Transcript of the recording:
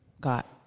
got